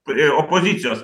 prie opozicijos